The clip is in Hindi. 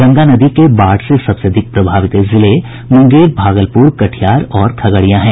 गंगा नदी के बाढ़ से सबसे अधिक प्रभावित जिले मुंगेर भागलपुर कटिहार और खगड़िया हैं